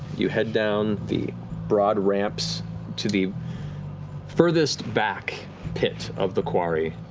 you head down the broad ramps to the furthest back pit of the quarry,